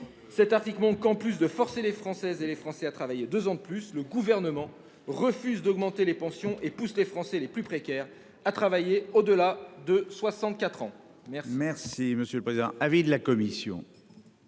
Cet article montre que, non content de forcer les Françaises et les Français à travailler deux ans de plus, le Gouvernement refuse d'augmenter les pensions et pousse les Français les plus précaires à travailler au-delà de 64 ans. Quel